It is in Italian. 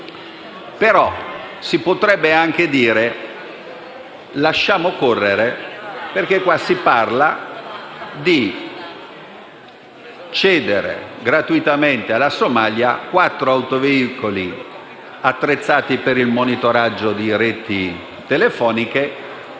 si potrebbe anche dire «lasciamo correre», perché in questo caso si parla di cedere gratuitamente alla Somalia quattro autoveicoli attrezzati per il monitoraggio di reti telefoniche